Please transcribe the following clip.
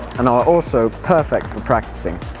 and are also perfect for practicing